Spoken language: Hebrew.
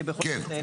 כי בכל זאת,